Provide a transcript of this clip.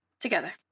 Together